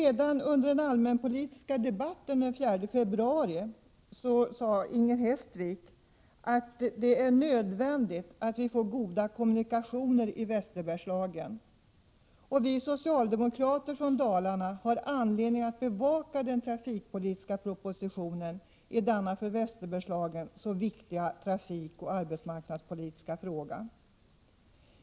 Redan under den allmänpolitiska debatten den 4 februari sade Inger Hestvik att det är nödvändigt att vi får goda kommunikationer i Västerbergslagen. Vi socialdemokrater från Dalarna har anledning att bevaka den trafikpolitiska propositionen i denna för Västerbergslagen så viktiga trafikoch arbetsmarknadspolitiska fråga.